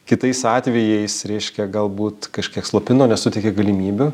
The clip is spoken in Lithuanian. kitais atvejais reiškia galbūt kažkiek slopino nesuteikė galimybių